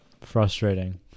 frustrating